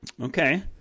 Okay